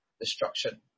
destruction